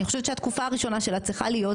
אני חושבת שהתקופה הראשונה שלך צריכה להיות